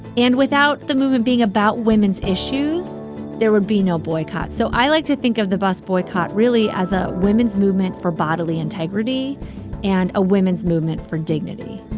and without the movement being about women's issues there would be no boycott. so, i like to think of the bus boycott, really, as a women's movement for bodily integrity and a women's movement for dignity.